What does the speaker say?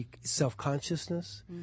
self-consciousness